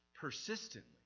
persistently